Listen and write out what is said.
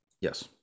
Yes